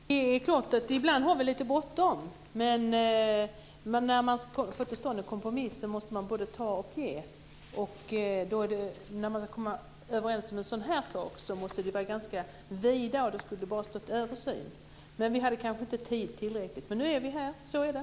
Fru talman! Det är klart att vi ibland har lite bråttom. Men när man får till stånd en kompromiss måste man både ta och ge. När man kommer överens om en sådan sak måste skrivningen vara ganska vid, och då skulle det bara ha stått översyn. Vi hade kanske inte tillräckligt med tid. Nu är vi här, och så är det.